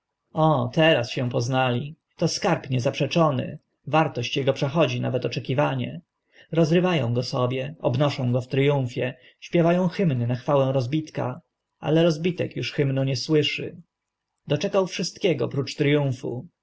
teraz się poznali to skarb niezaprzeczony wartość ego przechodzi nawet oczekiwanie rozrywa ą go sobie obnoszą w tryumfie śpiewa ą hymny na chwałę rozbitka ale rozbitek uż hymnu nie słyszy doczekał wszystkiego prócz tryumfu